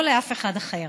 לא לאף אחד אחר.